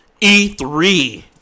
E3